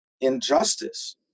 injustice